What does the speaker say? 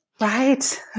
Right